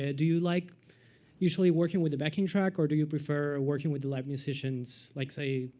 ah do you like usually working with the backing track or do you prefer working with the live musicians? like, say,